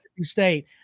State